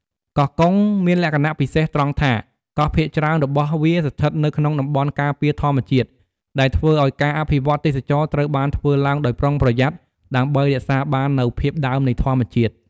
កោះកុងមានលក្ខណៈពិសេសត្រង់ថា កោះភាគច្រើនរបស់វាស្ថិតនៅក្នុងតំបន់ការពារធម្មជាតិ ដែលធ្វើឱ្យការអភិវឌ្ឍន៍ទេសចរណ៍ត្រូវបានធ្វើឡើងដោយប្រុងប្រយ័ត្ន ដើម្បីរក្សាបាននូវភាពដើមនៃធម្មជាតិ។